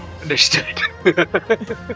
Understood